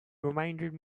reminded